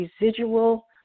residual